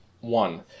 one